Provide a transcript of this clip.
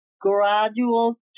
gradual